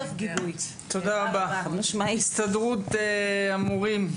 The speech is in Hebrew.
הסתדרות המורים.